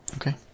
Okay